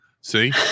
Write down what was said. see